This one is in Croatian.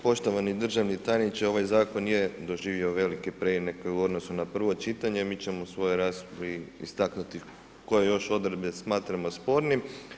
Poštovani državni tajniče, ovaj zakon, je proživio velike preinake u odnosu na prvo čitanje, mi ćemo u svojoj raspravi istaknuti, koje još odredbe smatramo spornim.